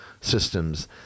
systems